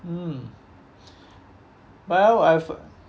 mm well I've